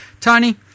Tony